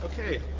Okay